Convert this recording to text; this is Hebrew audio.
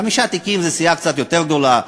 חמישה תיקים זה לסיעה קצת יותר גדולה,